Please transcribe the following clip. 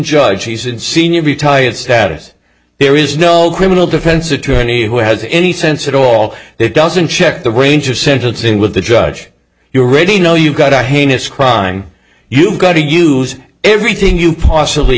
judge he's in senior retired status there is no criminal defense attorney who has any sense at all it doesn't check the range of sentencing with the judge you already know you've got a heinous crime you've got to use everything you possibly